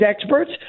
experts